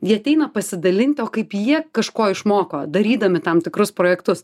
jie ateina pasidalinti o kaip jie kažko išmoko darydami tam tikrus projektus